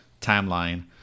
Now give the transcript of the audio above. timeline